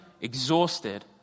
exhausted